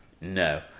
No